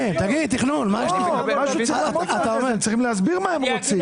הם צריכים להסביר מה הם רוצים.